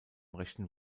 rechten